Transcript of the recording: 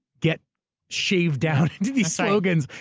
get shaved down into these slogans.